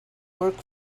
work